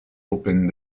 open